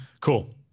cool